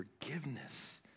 forgiveness